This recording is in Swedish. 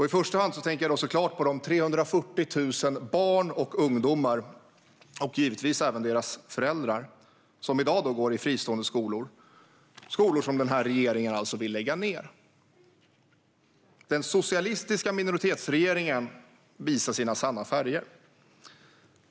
I första hand tänker jag på de 340 000 barn och ungdomar - och givetvis deras föräldrar - som i dag går i fristående skolor. Dessa skolor vill denna regering lägga ned. Den socialistiska minoritetsregeringen visar här sina sanna färger.